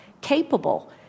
capable